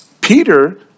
Peter